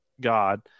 God